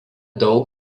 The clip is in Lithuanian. daug